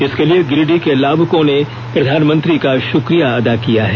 इसके लिए गिरिडीह के लाभुकों ने प्रधानमंत्री का शुक्रिया अदा किया है